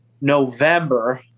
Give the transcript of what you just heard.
november